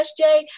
SJ